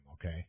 okay